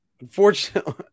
Unfortunately